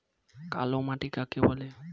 কালোমাটি কাকে বলে?